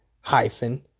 hyphen